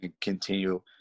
continue